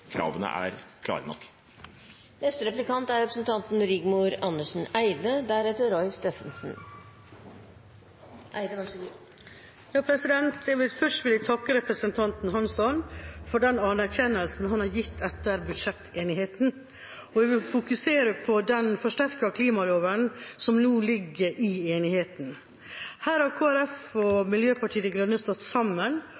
kravene er klare nok. Jeg vil først takke representanten Hansson for den anerkjennelsen han har gitt etter budsjettenigheten, og jeg vil fokusere på den forsterkede klimaloven som nå ligger i enigheten. Her har